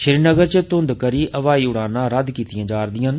श्रीनगर च घुंघ करी हवाई उड़ानां रद्द कीतियां जा करदियां न